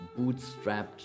bootstrapped